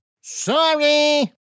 Sorry